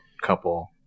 couple